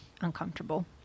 uncomfortable